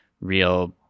real